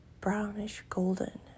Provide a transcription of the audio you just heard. brownish-golden